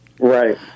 Right